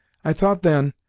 i thought then,